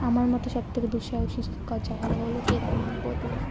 আমার মতে সব থেকে দুঃসাহসীকর জায়গা হলো কেদারনাথ বদ্রীনাথ